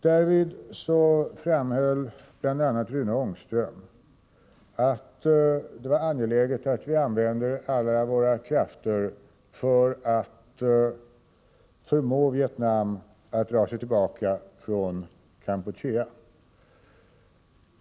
Därvid framhöll bl.a. Rune Ångström att det är angeläget att vi använder alla våra krafter för att förmå Vietnam att dra sig tillbaka från Kampuchea.